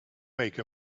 make